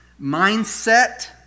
mindset